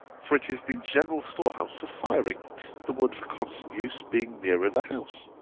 for it is the general store-house for firing the wood for constant use being nearer the house.